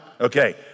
Okay